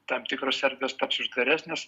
tam tikros erdvės taps uždaresnės